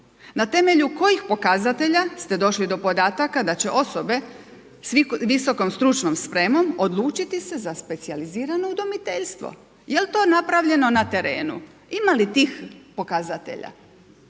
Na temelju kojih pokazatelja ste došli do podataka da će osobe s visokom stručnom spremom odlučiti se za specijalizirano udomiteljstvo? Jel to napravljeno na terenu? Ima li tih pokazatelja?